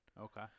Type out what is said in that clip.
Okay